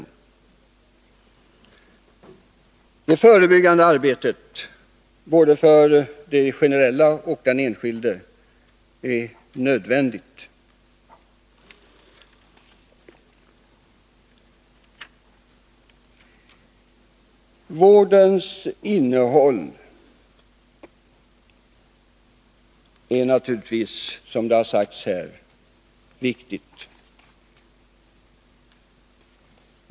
Men det förebyggande arbetet, både generellt och för den enskilde, är nödvändigt. Vårdens innehåll är naturligtvis, som det har sagts här, viktigt.